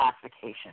classification